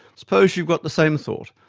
suppose you've got the same thought,